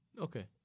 Okay